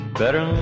better